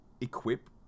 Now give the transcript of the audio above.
equip